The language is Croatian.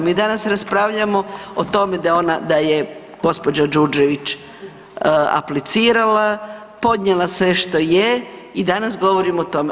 Mi danas raspravljamo o tome da je gospođa Đurđević aplicirala, podnijela sve što je i danas govorimo o tome.